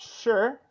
Sure